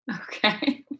Okay